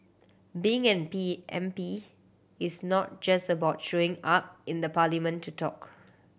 being an P M P is not just about showing up in the parliament to talk